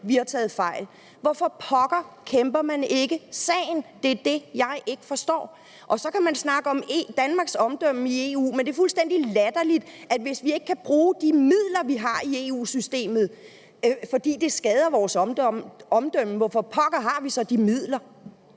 Vi har taget fejl. Hvorfor pokker kæmper man ikke sagen? Det er det, jeg ikke forstår. Så kan man snakke om Danmarks omdømme i EU, men det er fuldstændig latterligt, at hvis vi ikke kan bruge de midler, vi har i EU-systemet, fordi det skader vores omdømme, hvorfor pokker har vi så de midler?